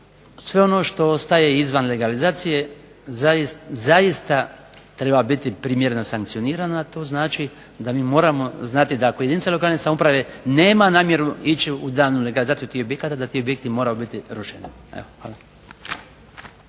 sve ono što ostaje izvan legalizacije zaista treba biti primjereno sankcionirano a to znači da mi moramo znati ako jedinice lokalne samouprave nema namjeru ići u daljnju legalizaciju tih objekata da ti objekti moraju biti rušeni.